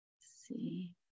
see